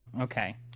okay